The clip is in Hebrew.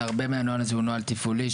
והרבה מהנוהל הזה הוא נוהל תפעולי,